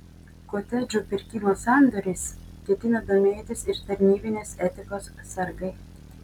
kotedžų pirkimo sandoriais ketina domėtis ir tarnybinės etikos sargai